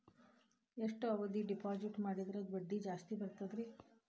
ಎಷ್ಟು ಅವಧಿಗೆ ಡಿಪಾಜಿಟ್ ಮಾಡಿದ್ರ ಬಡ್ಡಿ ಜಾಸ್ತಿ ಬರ್ತದ್ರಿ?